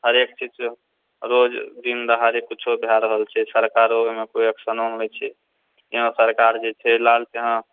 हरेक चीज रोज दिन दहाड़े कुछौ भए रहल छै सरकारो ओहिमे कोनो एक्शनो नहि लै छै यहाँ सरकार जेछै हँ